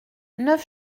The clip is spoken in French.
neuf